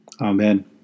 Amen